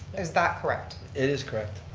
is that correct? it is correct.